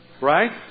Right